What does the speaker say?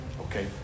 Okay